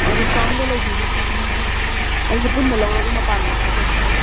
ꯑꯥ ꯗꯤꯁꯀꯥꯎꯟꯒ ꯂꯩꯕꯤꯒꯗ꯭ꯔ ꯀꯃꯥꯏ ꯇꯧꯏ ꯑꯩꯁꯦ ꯄꯨꯟꯅ ꯂꯧꯔꯒ ꯃꯄꯥꯟꯗꯁꯨ ꯊꯥꯖꯒꯦ ꯇꯧꯕ